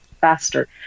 faster